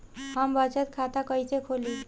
हम बचत खाता कईसे खोली?